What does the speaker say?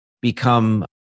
become